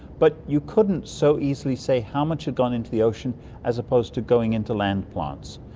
but you couldn't so easily say how much had gone into the ocean as opposed to going into land plants.